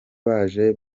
baje